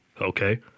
Okay